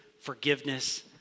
forgiveness